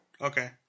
Okay